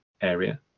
area